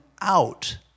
out